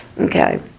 Okay